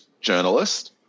journalist